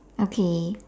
okay